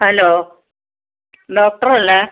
hello ഡോക്ടറല്ലേ